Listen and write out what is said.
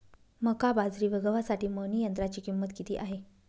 मका, बाजरी व गव्हासाठी मळणी यंत्राची किंमत किती आहे?